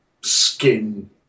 skin